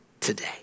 today